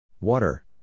Water